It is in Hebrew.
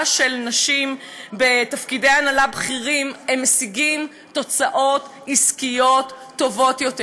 של נשים בתפקידי הנהלה בכירים משיגות תוצאות עסקיות טובות יותר.